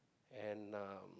and um